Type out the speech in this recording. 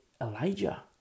Elijah